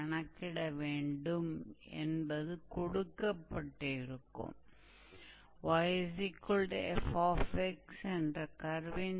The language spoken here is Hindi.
माना यह पॉइंट xa है और यह xb है और यह हमारा कर्व है